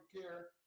care